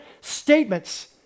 statements